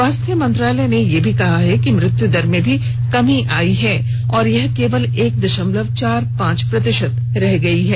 स्वास्थ्य मंत्रालय ने यह भी कहा है कि मृत्यु दर में भी कमी आई है और यह केवल एक दशमलव चार पांच प्रतिशत रह गई है